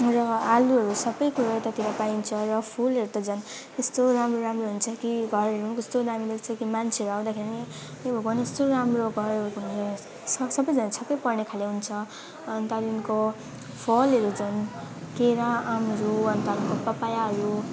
र आलुहरू सबै कुरो यतातिर पाइन्छ र फुलहरू त झन् यस्तो राम्रो राम्रो हुन्छ कि घरहरू पनि कस्तो दामी देख्छ कि मान्छेहरू आउँदाखेरि नि हे भगवान यस्तो राम्रो घर भनेर सबैजना छक्कै पर्ने खाले हुन्छ अनि त्यहाँदेखिको फलहरू चाहिँ केरा आमहरू अनि त्यहाँदेखिको पापायाहरू